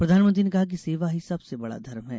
प्रधानमंत्री ने कहा कि सेवा ही सबसे बड़ा धर्म है